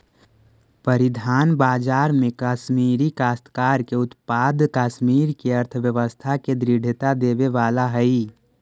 परिधान बाजार में कश्मीरी काश्तकार के उत्पाद कश्मीर के अर्थव्यवस्था के दृढ़ता देवे वाला हई